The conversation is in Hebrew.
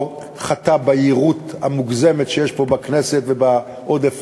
לא חטא ביהירות המוגזמת שיש פה בכנסת ובעודף